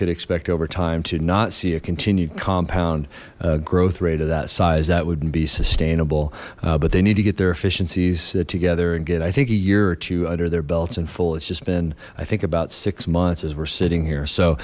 could expect overtime to not see a continued compound growth rate of that size that wouldn't be sustainable but they need to get their efficiencies together and get i think a year or two under their belts in full it's just been i think about six months as we're sitting here so